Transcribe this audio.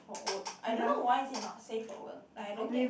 for work I don't know why is it not safe for work like I don't get